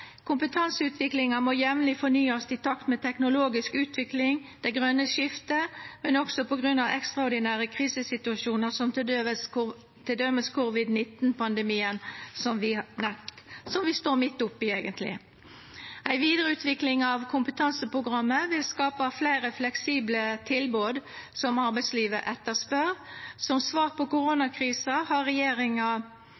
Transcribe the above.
Kompetanseutviklinga må jamleg fornyast i takt med teknologisk utvikling og det grøne skiftet, men også på grunn av ekstraordinære krisesituasjonar, som t.d. covid-19-pandemien, som vi eigentleg står midt oppe i. Ei vidareutvikling av kompetanseprogrammet vil skapa fleire fleksible tilbod som arbeidslivet etterspør. Som svar på